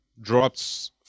drops